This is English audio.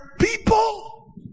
people